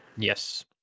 Yes